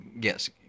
Yes